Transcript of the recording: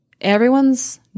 everyone's